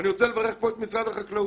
אני רוצה לברך את משרד החקלאות.